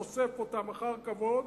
אוסף אותם אחר כבוד,